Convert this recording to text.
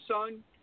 son